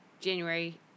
January